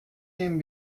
nehmen